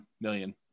million